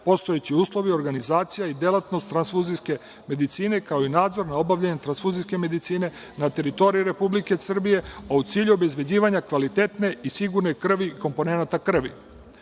postojeći uslovi, organizacija i delatnost tranfuzijske medicine, kao i nadzor nad obavljenim tranfuzijske medicine na teritoriji Republike Srbije, a u cilju obezbeđivanja kvalitetne i sigurne krvi i komponenata